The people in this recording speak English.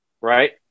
right